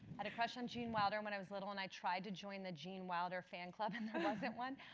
had a crush on gene wilder when i was little and i tried to join the gene wilder fan club and there wasn't one.